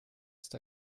ist